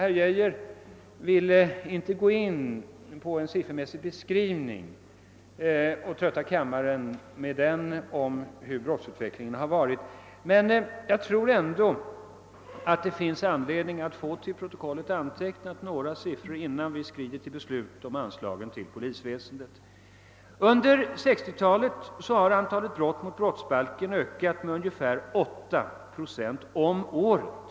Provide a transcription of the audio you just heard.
Herr Geijer vill inte trötta kammarens ledamöter med en siffermässig beskrivning över brottsutvecklingen, men jag anser ändå att det finns anledning att till protokollet få antecknat några siffror innan vi skrider till beslut om anslaget till polisväsendet. Under 1960-talet har antalet brott mot brottsbalken ökat med ungefär 8 procent om året.